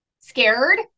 scared